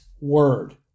word